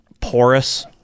porous